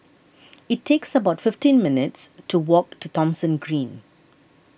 it's about fifteen minutes' walk to Thomson Green